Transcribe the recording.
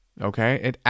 okay